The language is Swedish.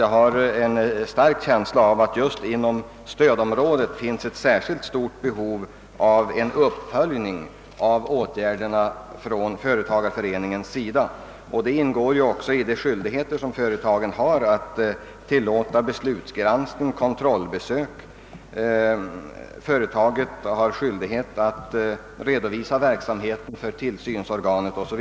Jag har en stark känsla av att just inom stödområdet finns ett särskilt starkt behov av olika former av service och en uppföljning av åtgärderna från företagareföreningens sida. Det ingår också i företagets skyldigheter att tillåta beslutsgranskning och kontrollbesök. Det kräver också ökade resurser för företagareföreningarna, Företaget har också skyldighet att redovisa verksamheten för tillsynsorganet 0. S. Vv.